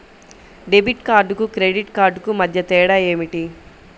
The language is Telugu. డెబిట్ కార్డుకు క్రెడిట్ కార్డుకు మధ్య తేడా ఏమిటీ?